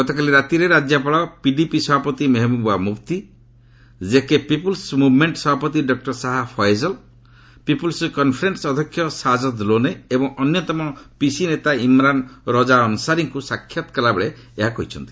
ଗତକାଲି ରାତିରେ ରାଜ୍ୟପାଳ ପିଡିପି ସଭାପତି Mehbooba Mufti JK people's movement ସଭାପତି doctor Shah Faesal people's conference ଅଧ୍ୟକ୍ଷ ସାଜଦ୍ ଲୋନେ ଏବଂ ଅନ୍ୟତମ ପିସି ନେତା ଇମ୍ରାନ୍ ରଜା ଆନ୍ସାରୀଙ୍କୁ ସାକ୍ଷାତ୍ କଲାବେଳେ ଏହା କହିଛନ୍ତି